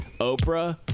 Oprah